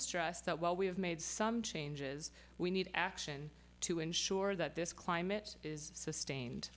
stress that while we have made some changes we need action to ensure that this climate is sustained